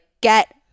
get